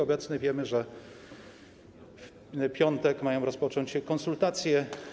Obecnie wiemy, że w piątek mają rozpocząć się konsultacje.